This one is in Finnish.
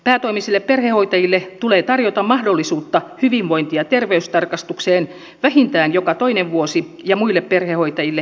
päätoimisille perhehoitajille tulee tarjota mahdollisuutta hyvinvointi ja terveystarkastukseen vähintään joka toinen vuosi ja muille perhehoitajille tarvittaessa